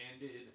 ended